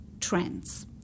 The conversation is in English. trends